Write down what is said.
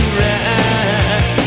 right